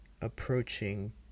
approaching